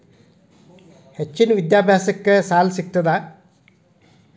ಹೆಚ್ಚಿನ ವಿದ್ಯಾಭ್ಯಾಸಕ್ಕ ಸಾಲಾ ಸಿಗ್ತದಾ?